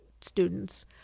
students